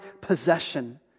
possession